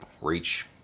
reach